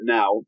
Now